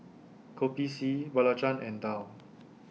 Kopi C Belacan and Daal